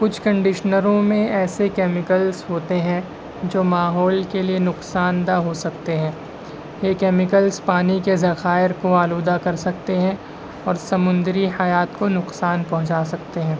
کچھ کنڈشنروں میں ایسے کیمیکلس ہوتے ہیں جو ماحول کے لیے نقصان دہ ہو سکتے ہیں یہ کیمیکلس پانی کے ذخائر کو آلودہ کر سکتے ہیں اور سمندری حیات کو نقصان پہنچا سکتے ہیں